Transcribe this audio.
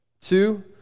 Two